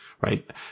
Right